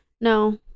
No